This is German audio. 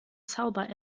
zauber